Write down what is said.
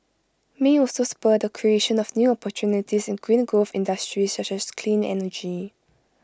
may also spur the creation of new opportunities in green growth industries such as clean energy